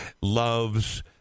loves